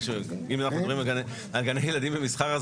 אם אנחנו מדברים על גני ילדים במסחר,